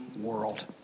world